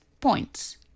points